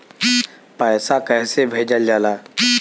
पैसा कैसे भेजल जाला?